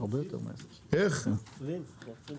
לדעתי לא היו צריכים.